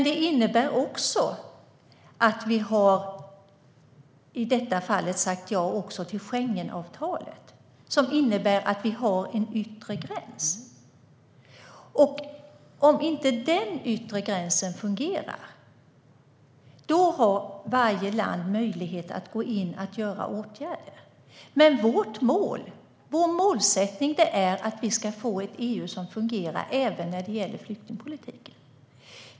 Det innebär att vi har sagt ja även till i detta fall Schengenavtalet, som innebär att vi har en yttre gräns. Om den yttre gränsen inte fungerar har varje land möjlighet att gå in och vidta åtgärder. Men vår målsättning är att vi ska få ett EU som fungerar även när det gäller flyktingpolitiken.